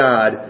God